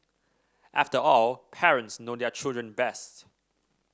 after all parents know their children best